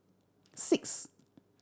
six